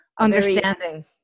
understanding